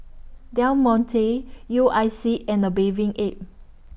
Del Monte U I C and A Bathing Ape